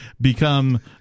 become